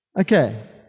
Okay